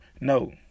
No